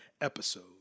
episode